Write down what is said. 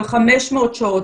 של 500 שעות,